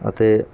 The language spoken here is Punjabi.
ਅਤੇ